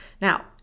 Now